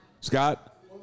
Scott